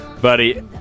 Buddy